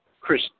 Chris